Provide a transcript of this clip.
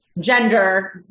gender